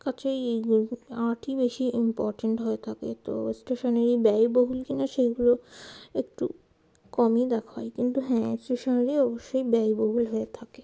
কাছে এই এইগুলো আর্টই বেশি ইম্পর্ট্যান্ট হয়ে থাকে তো স্টেশনারি ব্যয়বহুল কি না সেইগুলো একটু কমই দেখা হয় কিন্তু হ্যাঁ স্টেশনারি অবশ্যই ব্যয়বহুল হয়ে থাকে